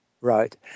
Right